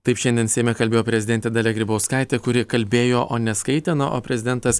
taip šiandien seime kalbėjo prezidentė dalia grybauskaitė kuri kalbėjo o neskaitė na o prezidentas